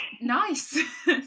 nice